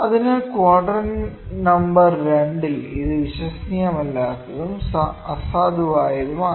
അതിനാൽ quadrant number 2 ൽ ഇത് വിശ്വസനീയമല്ലാത്തതും അസാധുവായതുമാണ്